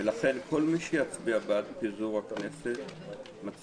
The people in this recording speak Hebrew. לכן כל מי שיצביע בעד פיזור הכנסת מצביע